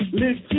live